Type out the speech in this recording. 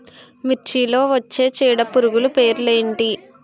మిర్చిలో వచ్చే చీడపురుగులు పేర్లు ఏమిటి?